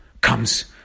comes